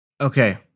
Okay